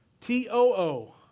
T-O-O